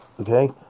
Okay